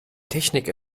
technik